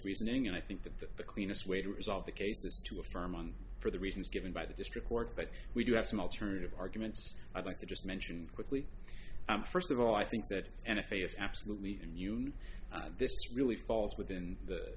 reasoning and i think that the cleanest way to resolve the case is to affirm and for the reasons given by the district court but we do have some alternative arguments i'd like to just mention quickly first of all i think that and if a is absolutely immune this really falls within the